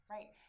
Right